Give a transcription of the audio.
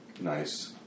Nice